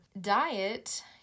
diet